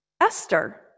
Esther